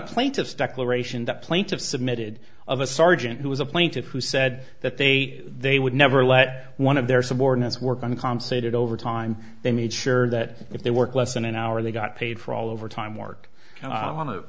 plaintiffs submitted of a sergeant who was a plaintiff who said that they they would never let one of their subordinates work on consummated over time they made sure that if they work less than an hour they got paid for all overtime work on a